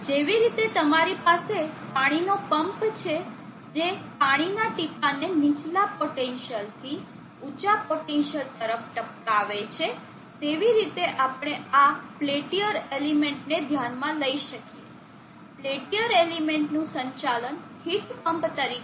જેવી રીતે તમારી પાસે પાણીનો પંપ છે જે પાણીના ટીપા ને નીચલા પોટેન્સિઅલથી ઉચાં પોટેન્સિઅલ તરફ ટપકાવે છે તેવી રીતે આપણે આ પેલ્ટીયર એલિમેન્ટને ધ્યાનમાં લઈ શકો છો પેલ્ટીયર એલિમેન્ટનું સંચાલન હીટ પંપ તરીકે